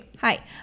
Hi